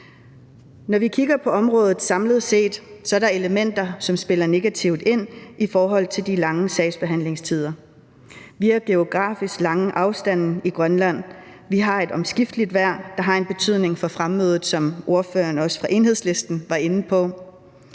Når vi kigger på området samlet set, er der elementer, som spiller negativt ind i forhold til de lange sagsbehandlingstider. Vi har geografisk store afstande i Grønland, og vi har et omskifteligt vejr, der har en betydning for fremmødet, som ordføreren fra Enhedslisten også var inde på.